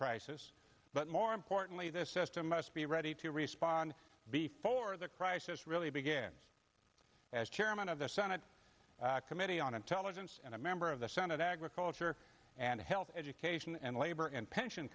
crisis but more importantly this system must be ready to respond before the crisis really begins as chairman of the senate committee on intelligence and a member of the senate agriculture and health education and labor